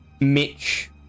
Mitch